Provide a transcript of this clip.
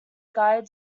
guy